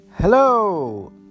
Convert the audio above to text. Hello